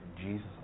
Jesus